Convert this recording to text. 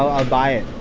i'll buy it.